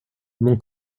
mon